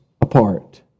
apart